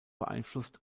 beeinflusst